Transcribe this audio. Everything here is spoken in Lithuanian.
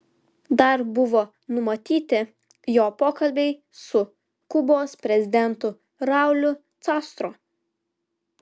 dar buvo numatyti jo pokalbiai su kubos prezidentu rauliu castro